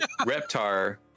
Reptar